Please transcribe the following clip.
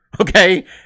okay